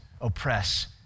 oppress